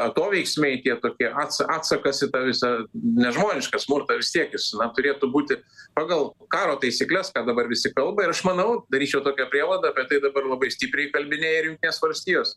atoveiksmiai tie tokie ats atsakas į tą visą nežmonišką smurtą vis tiek jis na turėtų būti pagal karo taisykles ką dabar visi kalba ir aš manau daryčiau tokią prielaidą apie tai dabar labai stipriai įkalbinėja ir jungtinės valstijos